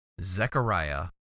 Zechariah